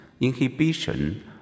inhibition